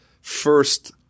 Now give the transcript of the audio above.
first